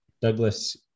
Douglas